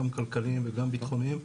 גם כלכליים וגם ביטחוניים.